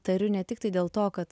tariu ne tiktai dėl to kad